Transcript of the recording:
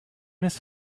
his